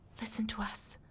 listen to us.